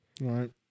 Right